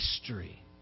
history